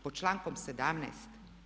Pod člankom 17.